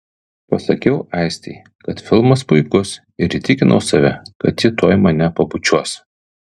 pasakiau aistei kad filmas puikus ir įtikinau save kad ji tuoj mane pabučiuos